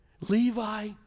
Levi